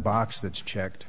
box that's checked